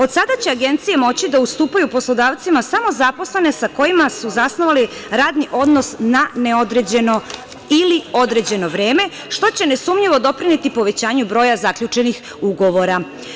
Od sada će agencije moći da ustupaju poslodavcima samo zaposlene sa kojima su zasnovali radni odnos na neodređeno ili određeno vreme, što će nesumnjivo doprineti povećanju broju zaključenih ugovora.